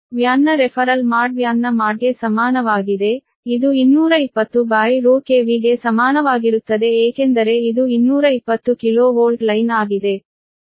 ವ್ಯಾನ್ನ referral mode ವ್ಯಾನ್ನ ಮೋಡ್ಗೆ ಸಮಾನವಾಗಿದೆ ಇದು 220√3 ಕೆವಿಗೆ ಸಮಾನವಾಗಿರುತ್ತದೆ ಏಕೆಂದರೆ ಇದು 220 ಕಿಲೋ ವೋಲ್ಟ್ ಲೈನ್ ಆಗಿದೆ